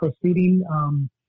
proceeding –